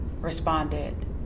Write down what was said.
responded